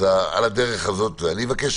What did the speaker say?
אז על הדרך אני אבקש